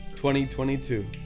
2022